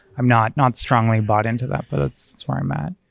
i'm not not strongly bought into that, but it's it's where i'm at.